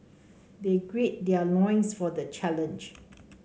they gird their loins for the challenge